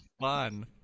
Fun